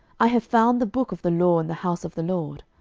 i have found the book of the law in the house of the lord.